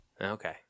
Okay